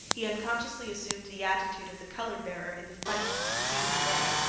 he unconsciously assumed the attitude of the color bearer in the fight of the preceding day.